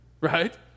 Right